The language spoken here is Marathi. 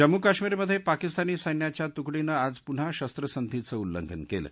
जम्मू काश्मीरमध्रप्राकिस्तानी सैन्याच्या तुकडीनं आज पुन्हा शस्त्रसंधीचं उल्लंघन कलि